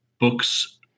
books